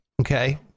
Okay